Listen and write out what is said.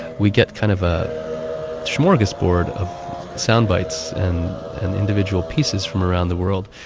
we get kind of a smorgasbord of sound bites and individual pieces from around the world,